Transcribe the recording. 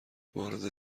وارد